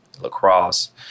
lacrosse